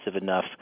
enough